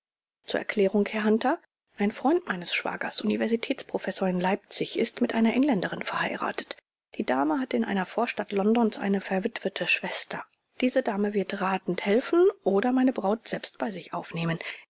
zur erklärung herr hunter ein freund meines schwagers universitätsprofessor in leipzig ist mit einer engländerin verheiratet die dame hat in einer vorstadt londons eine verwitwete schwester diese dame wird ratend helfen oder meine braut selbst bei sich aufnehmen